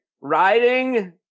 riding